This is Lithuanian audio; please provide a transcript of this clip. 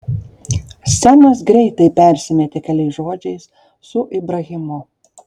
semas greitai persimetė keliais žodžiais su ibrahimu